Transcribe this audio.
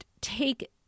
take